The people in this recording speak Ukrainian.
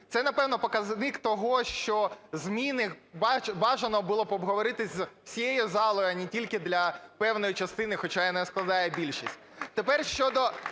Це, напевно, показник того, що зміни бажано було б обговорити з усією залою, а не тільки для певної частини, хоча і не складає більшість. (Оплески)